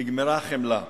נגמרה החמלה.